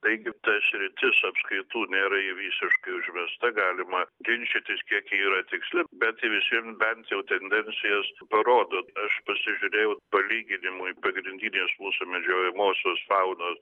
taigi ta sritis apskaitų nėra visiškai užvesta galima ginčytis kiek ji yra tiksli bet visiems bent jau tendencijas parodo aš pasižiūrėjau palyginimui pagrindinės mūsų medžiojamosios faunos